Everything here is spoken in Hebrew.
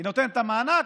היא נותנת את המענק,